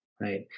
right